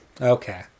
Okay